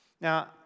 Now